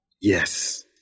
Yes